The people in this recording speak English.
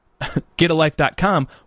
getalife.com